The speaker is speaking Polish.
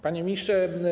Panie Ministrze!